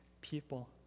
people